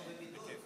הוא בבידוד.